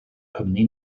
cwmni